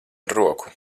roku